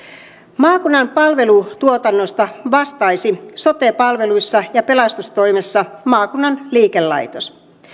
maakunnan palvelutuotannosta vastaisi sote palveluissa ja pelastustoimessa maakunnan liikelaitos